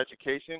Education